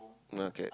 uh okay